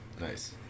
Nice